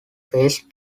phase